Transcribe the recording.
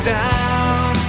down